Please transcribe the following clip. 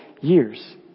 years